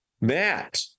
Matt